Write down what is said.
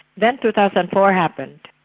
then two thousand and four happened.